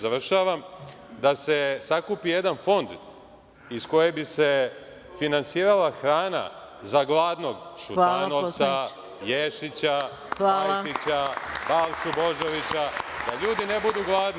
Završavam. … da se sakupi jedan fond iz kojeg bi se finansirala hrana za gladnog Šutanovca, Ješića, Pajtića, Balšu Božovića, da ljudi ne budu gladni.